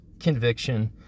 conviction